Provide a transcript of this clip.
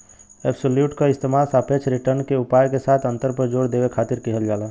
absolute क इस्तेमाल सापेक्ष रिटर्न के उपाय के साथ अंतर पर जोर देवे खातिर किहल जाला